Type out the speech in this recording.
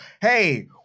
hey